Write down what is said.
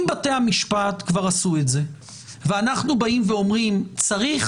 אם בתי המשפט כבר עשו את זה ואנחנו אומרים שצריך